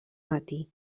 matí